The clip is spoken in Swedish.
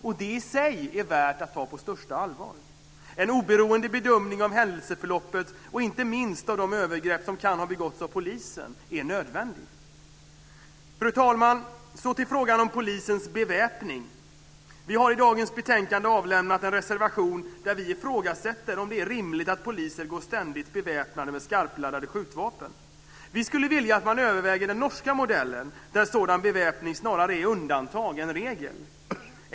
Det är i sig värt att ta på största allvar. En oberoende bedömning av händelseförloppet, och inte minst av de övergrepp som kan ha begåtts av polisen, är nödvändig. Fru talman! Så till frågan om polisens beväpning. Vi har i dagens betänkande avlämnat en reservation där vi ifrågasätter om det är rimligt att poliser ständigt går beväpnade med skarpladdade skjutvapen. Vi skulle vilja att man överväger den norska modellen, där sådan beväpning är snarare undantag än regel.